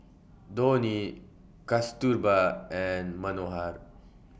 Dhoni Kasturba and Manohar